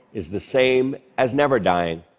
is the same as never dying.